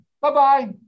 Bye-bye